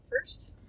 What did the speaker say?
first